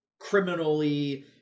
criminally